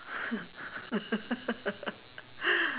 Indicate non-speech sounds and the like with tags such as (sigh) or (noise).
(laughs)